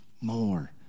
more